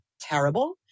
terrible